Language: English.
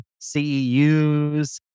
CEUs